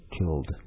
killed